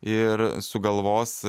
ir sugalvos